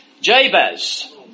Jabez